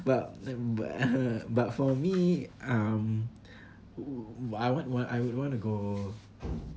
but but for me um I want I would wanna go